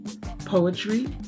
poetry